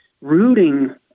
rooting